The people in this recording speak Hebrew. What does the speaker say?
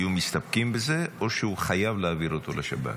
היו מסתפקים בזה או שהוא חייב להעביר אותו לשב"כ?